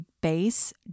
base